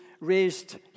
raised